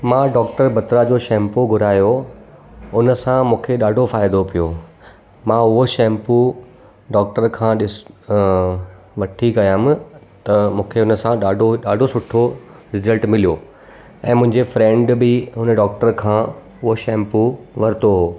मां डॉक्टर बतरा जो शैम्पू घुरायो उन सां मूंखे ॾाढो फ़ाइदो पियो मां उहो शैम्पू डॉक्टर खां ॾिस अ वठी वियमि त मूंखे उन सां ॾाढो ॾाढो सुठो रिस्लट मिलियो ऐं मुंहिंजे फ्रेंड बि हुन डॉक्टर खां उहो शैम्पू वरितो हो